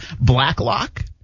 Blacklock